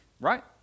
right